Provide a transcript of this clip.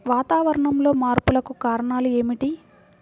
వాతావరణంలో మార్పులకు కారణాలు ఏమిటి?